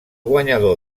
guanyador